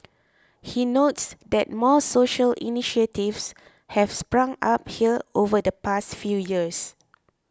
he notes that more social initiatives have sprung up here over the past few years